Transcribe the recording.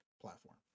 platform